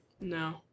No